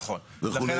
נכון וכו' וכו'.